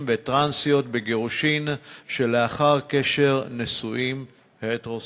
וטרנסיות בגירושים שלאחר קשר נישואים הטרוסקסואליים.